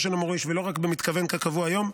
של המוריש ולא רק במתכוון כקבוע היום,